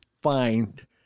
find